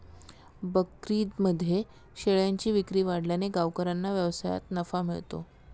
बकरीदमध्ये शेळ्यांची विक्री वाढल्याने गावकऱ्यांना व्यवसायात नफा मिळतो